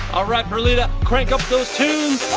alright, perlita, crank up those tunes.